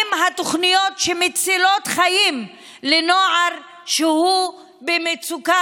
האם התוכניות שמצילות חיים לנוער במצוקה,